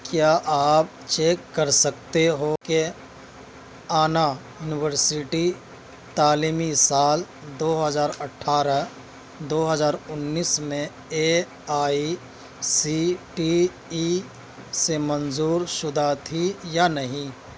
کیا آپ چیک کر سکتے ہو کہ آنا یونیورسٹی تعلیمی سال دو ہزار اٹھارہ دو ہزار انّيس میں A I C T E سے منظور شدہ تھی یا نہیں